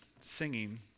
singing